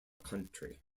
country